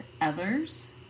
others